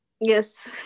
yes